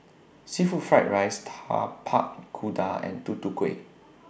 Seafood Fried Rice Tapak Kuda and Tutu Kueh